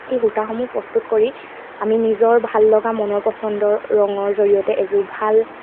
এই সূতাসমূহ প্ৰস্তুত কৰি আমি নিজৰ ভাল লগা মনৰ পচন্দৰ ৰঙৰ জৰিয়তে এযোৰ ভাল